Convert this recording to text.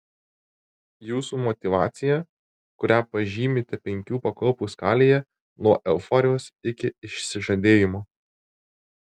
jūsų motyvacija kurią pažymite penkių pakopų skalėje nuo euforijos iki išsižadėjimo